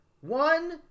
One